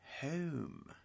home